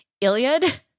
Iliad